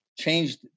changed